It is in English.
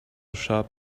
shop